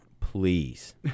please